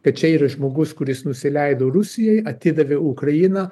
kad čia yra žmogus kuris nusileido rusijai atidavė ukrainą